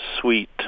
sweet